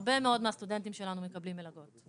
הרבה מאוד מהסטודנטים שלנו מקבלים מלגות.